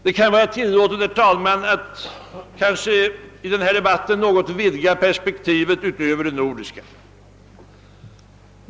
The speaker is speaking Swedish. Det kan kanske vara tillåtet, herr talman, att i denna debatt något vidga perspektivet utöver det nordiska.